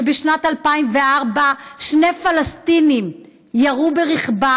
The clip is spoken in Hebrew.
שבשנת 2004 שני פלסטינים ירו ברכבה.